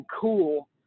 cool